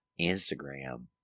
Instagram